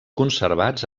conservats